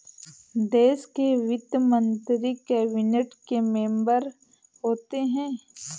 देश के वित्त मंत्री कैबिनेट के मेंबर होते हैं